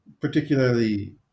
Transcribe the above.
particularly